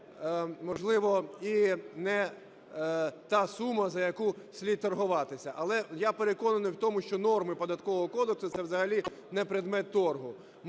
можливо, і не та сума, за яку слід торгуватися. Але я переконаний в тому, що норми Податкового кодексу - це взагалі не предмет торгу.